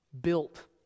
built